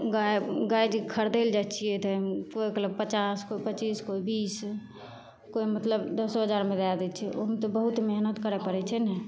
गाय गाय जे खरीदय लए जाइ छियै तऽ केओ कहलक पचास केओ पचीस केओ बीस केओ मतलब दशो हजार मे दए दै छै ओहोमे तऽ बहुत मेहनत करऽ पड़ैत छै ने